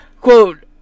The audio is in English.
Quote